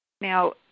Now